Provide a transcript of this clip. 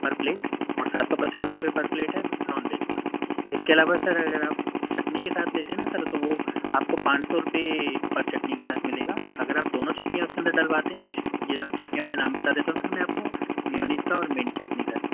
پر plate اور سات سو پچاس روپئے پر پلیٹ ہے نان ویج کا اِس کے علاوہ سر اگر آپ چٹنی کے ساتھ لیتے ہے نہ سر تو وہ آپ کو پانچ سو روپئے پر چٹنی کے ساتھ مِلے گا اگر آپ دونوں چٹنیاں اُس کے اندر ڈلواتے ہیں جی ہاں چٹنیوں میں نام بتا دیتا ہوں سر میں آپ کو میونیز کا اور منٹ چٹنی کا